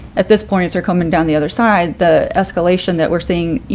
at this point is they're coming down the other side, the escalation that we're seeing, you